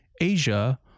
Asia